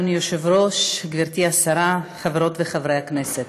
אדוני היושב-ראש, גברתי השרה, חברות וחברי הכנסת,